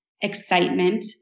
excitement